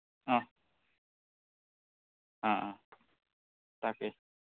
অঁ অঁ অঁ তাকেই